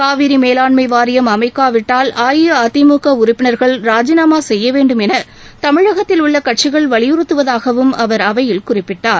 காவிரி மேலாண்மை வாரியம் அமைக்காவிட்டால் அஇஅதிமுக உறப்பினர்கள் ராஜினாமா செய்ய வேண்டும் என தமிழகத்தில் உள்ள கட்சிகள் வலியுறுத்துவதாகவும் அவர் அவையில் குறிப்பிட்டார்